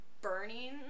Burning